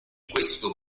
questo